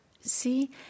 See